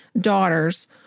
daughters